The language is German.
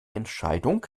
entscheidung